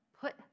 put